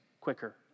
quicker